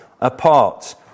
apart